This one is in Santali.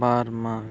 ᱵᱟᱨ ᱢᱟᱜᱽ